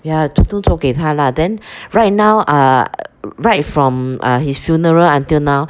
ya 从头做给他 lah then right now uh right from uh his funeral until now